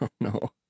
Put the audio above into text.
no